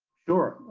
sure,